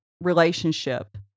relationship